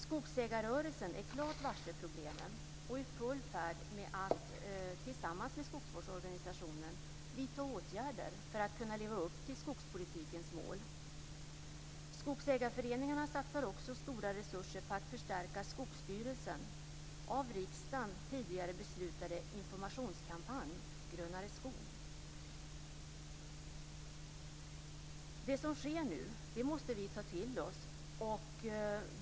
Skogsägarrörelsen är klart varse problemen och är i full färd med att tillsammans med skogsvårdsorganisationen vidta åtgärder för att kunna leva upp till skogspolitikens mål. Skogsägarföreningarna satsar också stora resurser på att förstärka Skogsstyrelsens av riksdagen tidigare beslutade informationskampanj Grönare skog. Det som nu sker måste vi ta till oss.